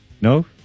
No